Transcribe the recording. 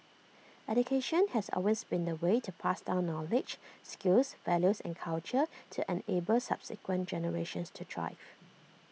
education has always been the way to pass down knowledge skills values and culture to enable subsequent generations to thrive